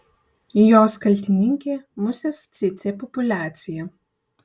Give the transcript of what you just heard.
jos kaltininkė musės cėcė populiacija